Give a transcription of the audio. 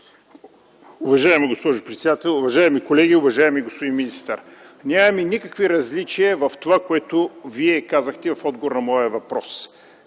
Уважаема госпожо председател, уважаеми колеги! Уважаеми господин министър, нямаме никакви различия в това, което казахте в отговор на моя въпрос.